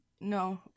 No